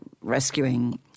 rescuing